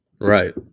Right